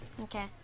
Okay